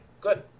Good